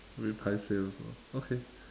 very paiseh also okay